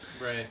Right